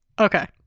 Okay